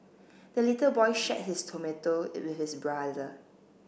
the little boy shared his tomato with his brother